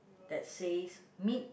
that says meet